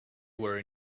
were